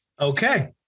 Okay